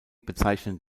bezeichnen